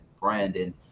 Brandon